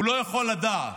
הוא לא יכול לדעת.